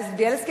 אז בילסקי,